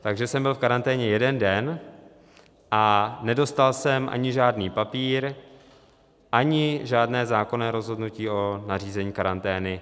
Takže jsem byl v karanténě jeden den a nedostal jsem ani žádný papír, ani žádné zákonné rozhodnutí o nařízení karantény.